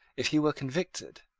if he were convicted,